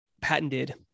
patented